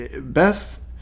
Beth